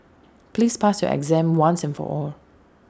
please pass your exam once and for all